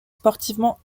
sportivement